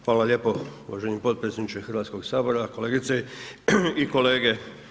Hvala lijepo uvaženi potpredsjedniče Hrvatskog sabora, kolegice i kolege.